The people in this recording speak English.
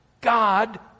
God